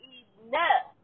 enough